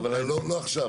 אבל לא עכשיו.